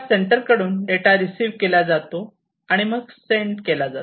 सेंडरकडून data receive केला जातो आणि मग सेंड केला जातो